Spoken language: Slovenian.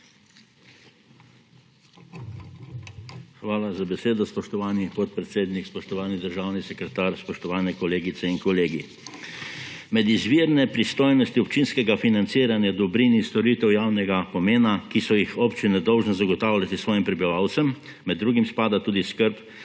Hvala za besedo, spoštovani podpredsednik. Spoštovani državni sekretar, spoštovane kolegice in kolegi! Med izvirne pristojnosti občinskega financiranja dobrin in storitev javnega pomena, ki so jih občine dolžne zagotavljati svojim prebivalcem, med drugim spada tudi skrb